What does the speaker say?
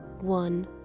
one